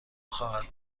خواهد